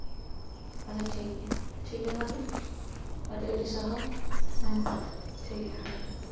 ᱟᱪᱪᱷᱟ ᱴᱷᱤᱠᱜᱮᱭᱟ ᱴᱷᱤᱠᱜᱮᱭᱟ ᱛᱟᱦᱞᱮ ᱟᱹᱰᱤᱼᱟᱹᱰᱤ ᱥᱟᱨᱦᱟᱣ ᱦᱮᱸ ᱦᱮᱸ ᱴᱷᱤᱠᱜᱮᱭᱟ ᱦᱮᱸ